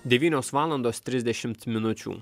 devynios valandos trisdešimt minučių